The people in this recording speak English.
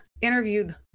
interviewed